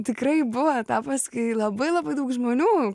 tikrai buvo etapas kai labai labai daug žmonių